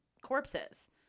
corpses